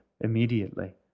immediately